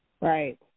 Right